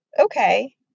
Okay